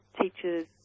teachers